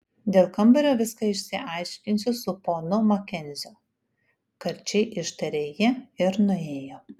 dėl kambario viską išsiaiškinsiu su ponu makenziu karčiai ištarė ji ir nuėjo